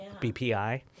BPI